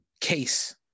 case